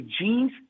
genes